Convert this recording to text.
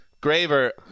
Graver